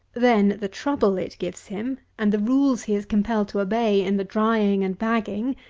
then the trouble it gives him, and the rules he is compelled to obey in the drying and bagging,